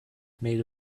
made